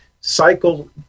cycle